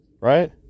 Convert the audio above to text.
right